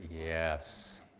Yes